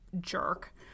jerk